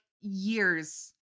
years